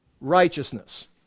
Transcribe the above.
righteousness